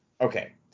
Okay